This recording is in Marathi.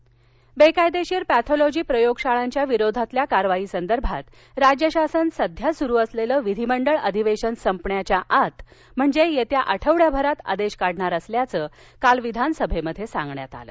पॅथॉलॉजी लॅब्ज बेकायदेशीर पॅथॉलॉजी प्रयोगशाळांच्या विरोधातील कारवाईसंदर्भात राज्य शासन सध्या सुरू असलेलं विधीमंडळ अधिवेशन संपण्याच्या आत म्हणजे येत्या आठवडाभरात आदेश काढणार असल्याचं काल विधानसभेत सांगण्यात आलं